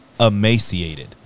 emaciated